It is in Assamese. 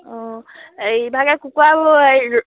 অঁ ইভাগে কুকৰাবোৰ